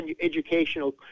educational